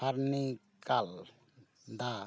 ᱠᱟᱨᱱᱤᱠᱟᱞ ᱫᱟ